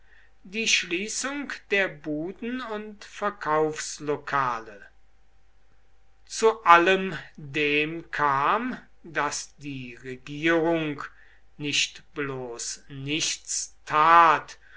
die schließung der buden und verkaufslokale zu allem dem kam daß die regierung nicht bloß nichts tat